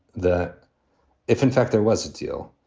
that if, in fact, there was a deal.